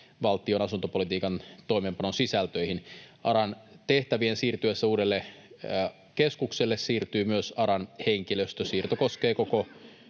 valtion asuntopolitiikan toimeenpanon sisältöihin. ARAn tehtävien siirtyessä uudelle keskukselle siirtyy myös ARAn henkilöstö. Siirto koskee koko